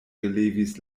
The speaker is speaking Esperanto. relevis